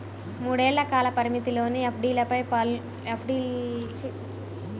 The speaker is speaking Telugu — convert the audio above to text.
మూడేళ్ల కాల పరిమితిలోని ఎఫ్డీలపై పలు బ్యాంక్లు ఆకర్షణీయ వడ్డీ రేటును అందిస్తున్నాయి